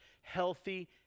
healthy